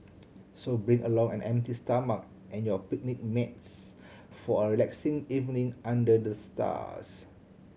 so bring along an empty stomach and your picnic mats for a relaxing evening under the stars